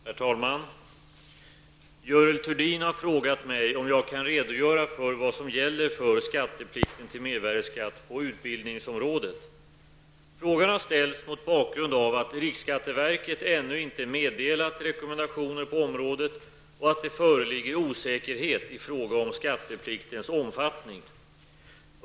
Herr talman! Görel Thurdin har frågat mig om jag kan redogöra för vad som gäller för skatteplikten till mervärdeskatt på utbildningsområdet. Frågan har ställts mot bakgrund av att riksskatteverket ännu inte meddelat rekommendationer på området och att det föreligger osäkerhet i fråga om skattepliktens omfattning.